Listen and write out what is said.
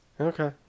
Okay